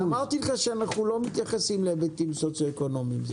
אמרתי לך שאנחנו לא מתייחסים להיבטים סוציואקונומיים.